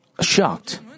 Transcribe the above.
shocked